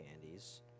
candies